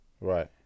Right